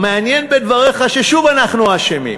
המעניין בדבריך, ששוב אנחנו האשמים.